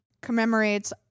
commemorates